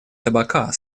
табака